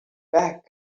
back